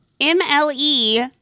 M-L-E